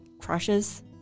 crushes